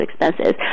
expenses